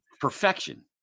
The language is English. Perfection